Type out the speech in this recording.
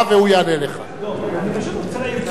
הואיל וסיימנו, בבקשה, תעיר הערה, והוא יענה לך.